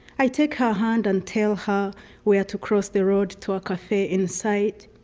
i take her hand and tell her we're to cross the road to a cafe in sight.